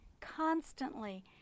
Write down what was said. constantly